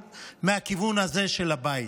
מהכיוון הזה של הבית,